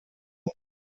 und